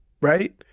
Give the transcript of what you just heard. Right